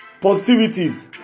positivities